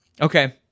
Okay